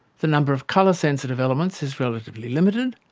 the number of colour-sensitive elements is relatively limited,